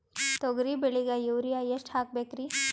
ತೊಗರಿ ಬೆಳಿಗ ಯೂರಿಯಎಷ್ಟು ಹಾಕಬೇಕರಿ?